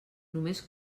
només